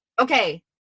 okay